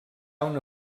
una